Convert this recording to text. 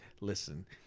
listen